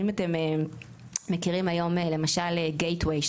אם אתם מכירים היום למשל gate way,